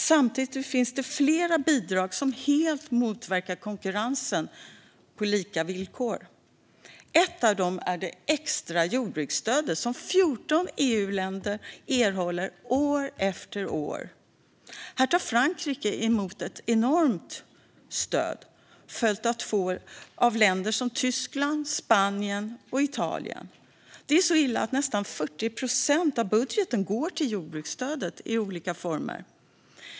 Samtidigt finns det flera bidrag som helt motverkar konkurrensen på lika villkor. Ett av dem är det extra jordbruksstödet som 14 EU-länder erhåller år efter år. Här tar Frankrike emot ett enormt stöd, följt av länder som Tyskland, Spanien och Italien. Det är så illa att nästan 40 procent av budgeten går till jordbruksstödet i olika former.